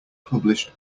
published